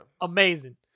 amazing